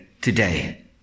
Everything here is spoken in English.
today